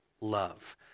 love